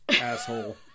Asshole